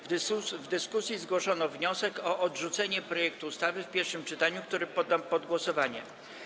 W dyskusji zgłoszono wniosek o odrzucenie projektu ustawy w pierwszym czytaniu, który poddam pod głosowanie.